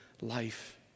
life